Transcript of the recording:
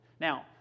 Now